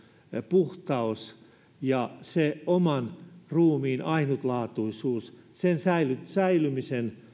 puhtaus ja se oman ruumiin ainutlaatuisuus säilymiseen